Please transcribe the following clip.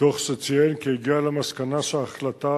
תוך שציין כי הגיע למסקנה שההחלטה